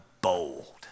bold